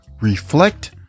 reflect